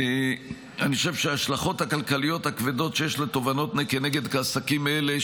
ואני חושב שההשלכות הכלכליות הכבדות שיש לתובענות נגד עסקים אלה,